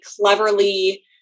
cleverly